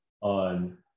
on